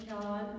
God